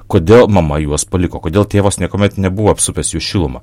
kodėl mama juos paliko kodėl tėvas niekuomet nebuvo apsupęs jų šiluma